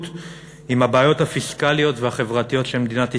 עם הבעיות הפיסקליות והחברתיות של מדינת ישראל.